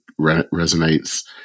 resonates